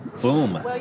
Boom